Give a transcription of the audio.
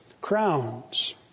crowns